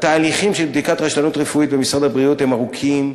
התהליכים של בדיקת רשלנות רפואית במשרד הבריאות הם ארוכים.